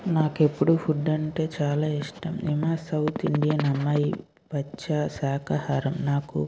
నాకు ఎప్పుడూ ఫుడ్ అంటే చాలా ఇష్టం సౌత్ ఇండియన్ అమ్మాయి పచ్చా శాఖాహారం నాకు